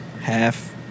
half